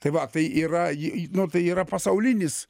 tai va tai yra į į nu tai yra pasaulinis